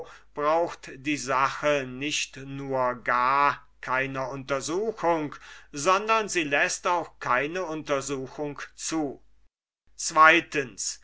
braucht die sache nicht nur gar keiner untersuchung sondern sie läßt auch keine untersuchung zu